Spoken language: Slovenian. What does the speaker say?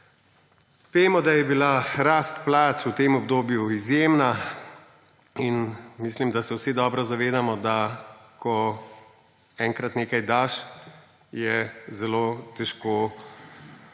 Vemo, da je bila rast plač v tem obdobju izjemna. Mislim, da se vsi dobro zavedamo, da ko enkrat nekaj daš, je to zelo težko,